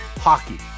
hockey